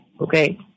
okay